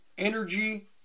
energy